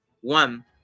one